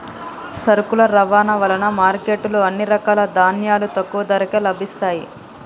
సరుకుల రవాణా వలన మార్కెట్ లో అన్ని రకాల ధాన్యాలు తక్కువ ధరకే లభిస్తయ్యి